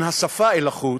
מן השפה אל החוץ,